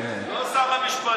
אבל מה קיבלנו?